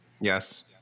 Yes